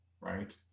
right